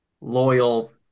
loyal